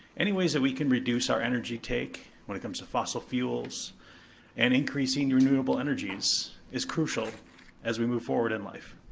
any ways that we can reduce our energy take when it comes to fossil fuels and increasing renewable energies is crucial as we move forward in life.